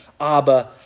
Abba